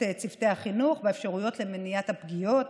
צוותי החינוך באפשרויות למניעת הפגיעות,